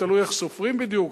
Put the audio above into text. תלוי איך סופרים בדיוק,